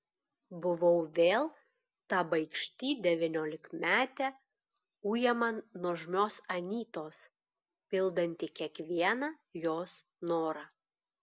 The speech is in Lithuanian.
buvau vėl ta baikšti devyniolikmetė ujama nuožmios anytos pildanti kiekvieną jos norą